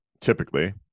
typically